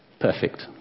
Perfect